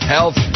Health